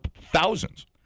thousands